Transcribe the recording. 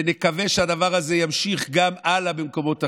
ונקווה שהדבר הזה ימשיך גם הלאה במקומות אחרים.